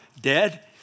dead